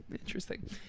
interesting